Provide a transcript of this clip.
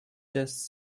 just